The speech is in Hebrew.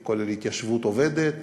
זה כולל התיישבות עובדת,